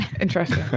Interesting